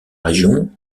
région